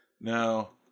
Now